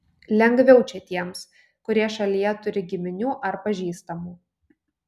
lengviau čia tiems kurie šalyje turi giminių ar pažįstamų